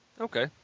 Okay